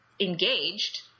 engaged